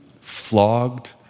flogged